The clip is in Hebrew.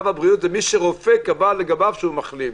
זה מי שרופא קבע לגביו שהוא מחלים.